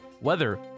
weather